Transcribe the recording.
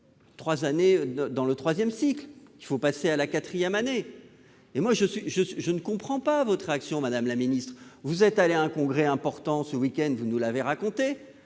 trois années dans le troisième cycle. Il faut passer à la quatrième année. Je ne comprends pas votre réaction, madame la ministre. Vous êtes allée à un congrès important ce week-end, comme vous nous l'avez dit,